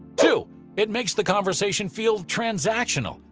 two it makes the conversation feel transactional,